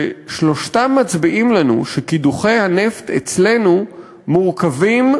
שלושתם מצביעים לפנינו שקידוחי הנפט אצלנו מורכבים,